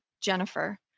jennifer